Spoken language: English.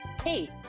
Hey